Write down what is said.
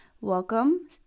Welcome